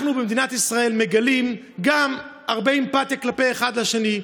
אנחנו במדינת ישראל מגלים גם הרבה אמפתיה אחד לשני,